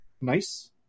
Nice